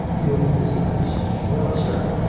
he opened his eyes. well, sir.